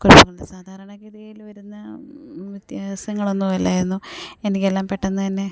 കുഴപ്പങ്ങൾ സാധാരണ ഗതിയിൽ വരുന്ന വ്യത്യാസങ്ങളൊന്നുമല്ലായിരുന്നു എനിക്കെല്ലാം പെട്ടെന്നു തന്നെ